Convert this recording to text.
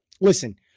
Listen